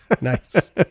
Nice